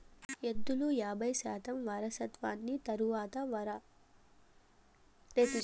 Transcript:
ఎద్దులు యాబై శాతం వారసత్వాన్ని తరువాతి తరానికి ఇస్తాయి